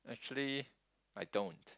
actually I don't